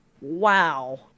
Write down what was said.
Wow